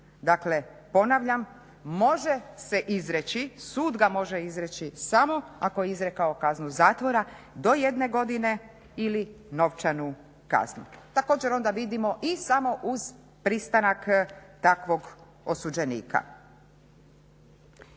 dakle ponavljam može se izreći, sud ga može izreći samo ako je izrekao kaznu zatvora do jedne godine ili novčanu kaznu. Također onda vidimo i samo uz pristanak takvog osuđenika.